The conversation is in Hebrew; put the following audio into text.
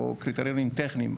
קריטריונים טכניים,